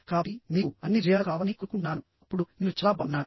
కాబట్టి మీకు అన్ని విజయాలు కావాలని కోరుకుంటున్నాను అప్పుడు నేను చాలా బాగున్నాను